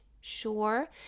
sure